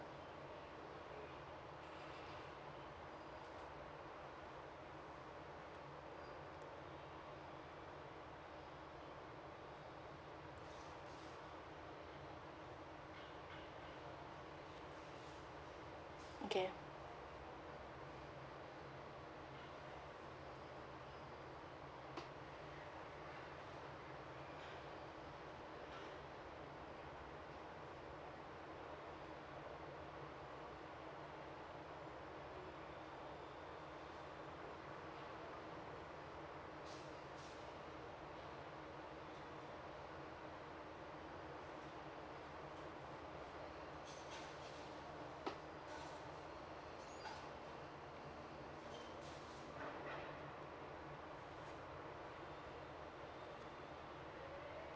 okay